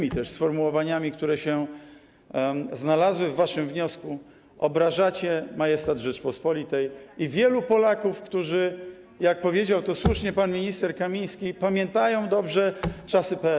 też haniebnymi sformułowaniami, które się znalazły w waszym wniosku, obrażacie majestat Rzeczypospolitej i wielu Polaków, którzy, jak powiedział tu słusznie pan minister Kamiński, pamiętają dobrze czasy PRL-u.